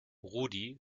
rudi